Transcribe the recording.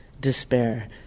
despair